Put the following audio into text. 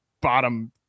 bottom